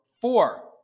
four